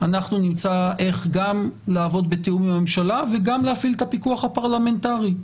נמצא איך גם לעבוד בתיאום עם הממשלה וגם להפעיל את הפיקוח הפרלמנטרי.